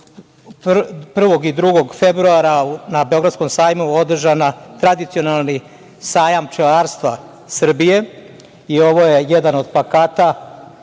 1. i 2. februara na Beogradskom sajmu održan tradicionalni Sajam pčelarstva Srbije. Ovo je jedan od plakata